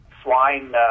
Swine